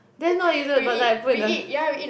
then what you do with the prata you put in the